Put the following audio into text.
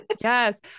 yes